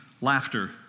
laughter